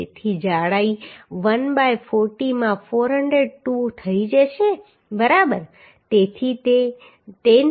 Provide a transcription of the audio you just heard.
તેથી જાડાઈ 1 બાય 40 માં 402 થઈ જશે બરાબર તેથી તે 10 પોઈન્ટ 10